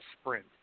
sprint